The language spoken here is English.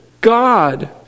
God